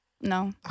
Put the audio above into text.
No